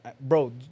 bro